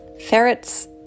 ferrets